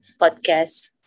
podcast